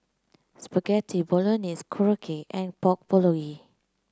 Spaghetti Bolognese Korokke and Pork Bulgogi